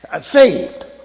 Saved